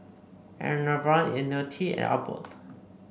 Enervon IoniL T and Abbott